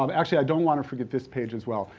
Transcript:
um actually, i don't wanna forget this page as well.